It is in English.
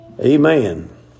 Amen